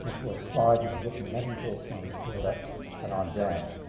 of course, clive has written many books on the theatre and on dance.